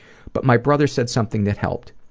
but my brother said something that helped.